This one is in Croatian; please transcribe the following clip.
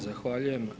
Zahvaljujem.